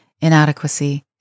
inadequacy